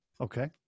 Okay